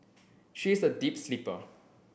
she is a deep sleeper